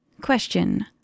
Question